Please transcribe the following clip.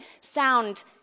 sound